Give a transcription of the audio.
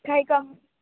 काय कम